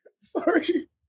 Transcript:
Sorry